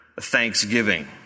thanksgiving